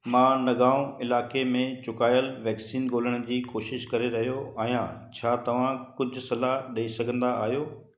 मां नगांव इलाइक़े में चुकायलु वैक्सीन ॻोल्हण जी कोशिशि करे रहियो आहियां छा तव्हां कुझु सलाहु ॾई सघंदा आहियो